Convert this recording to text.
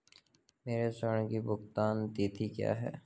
मेरे ऋण की भुगतान तिथि क्या है?